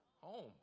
Home